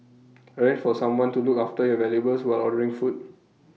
arrange for someone to look after your valuables while ordering food